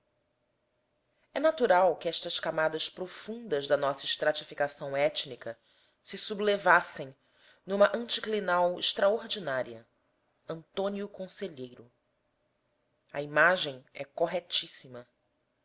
é natural que estas camadas profundas da nossa estratificação étnica se sublevassem numa anticlinal extraordinária antônio conselheiro a imagem é corretíssima